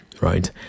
right